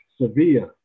Sevilla